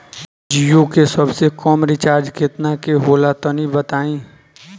जीओ के सबसे कम रिचार्ज केतना के होला तनि बताई?